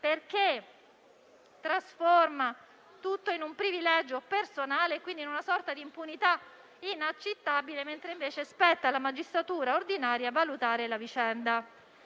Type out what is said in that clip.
perché trasforma tutto in un privilegio personale e, quindi, in una sorta di impunità inaccettabile, mentre spetta alla magistratura ordinaria valutare la vicenda.